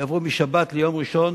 יעברו משבת ליום ראשון,